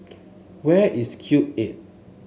where is Cube Eight